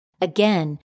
Again